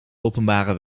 openbare